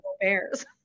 bears